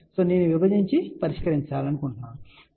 సరే నేను విభజించి పరిష్కరించాలి అని ఆ ప్రత్యేకమైన ప్రకటనను సవరించాను